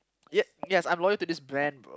yup yes I'm loyal to this brand bro